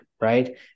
right